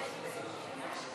לוועדה שתקבע ועדת הכנסת נתקבלה.